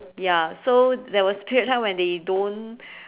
ya so there was a period of time where they don't